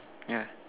ya